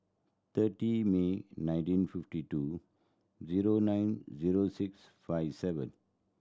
thirty May nineteen fifty two zero nine zero six five seven